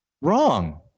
wrong